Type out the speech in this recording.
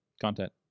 content